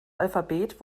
alphabet